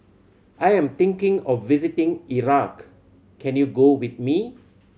I am thinking of visiting Iraq can you go with me